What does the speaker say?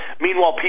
Meanwhile